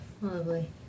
lovely